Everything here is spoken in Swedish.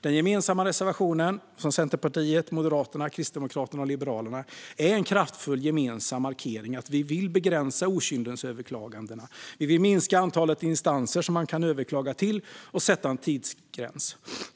Den gemensamma reservationen från Centerpartiet, Moderaterna, Kristdemokraterna och Liberalerna är en kraftfull gemensam markering: Vi vill begränsa okynnesöverklagandena, minska antalet instanser som man kan överklaga till och sätta en tidsgräns.